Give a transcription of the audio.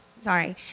sorry